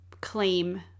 claim